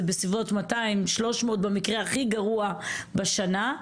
בסביבות 200-300 במקרה הכי גרוע בשנה,